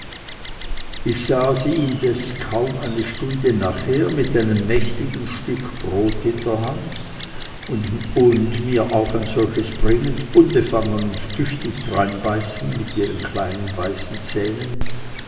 ich sah sie indessen kaum eine stunde nachher mit einem mächtigen stück brot in der hand und mir auch ein solches bringend unbefangen und tüchtig dreinbeißen mit ihren kleinen weißen zähnen